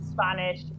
Spanish